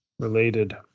related